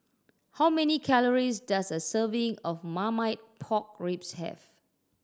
how many calories does a serving of Marmite Pork Ribs have